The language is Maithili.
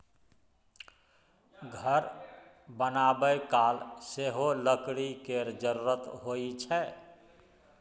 घर बनाबय काल सेहो लकड़ी केर जरुरत होइ छै